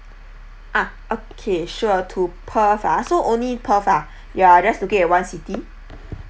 ah okay sure to perth ah so only perth ah you are just looking at one city